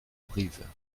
brive